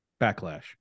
Backlash